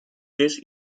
fish